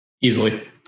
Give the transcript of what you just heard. easily